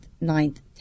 ninth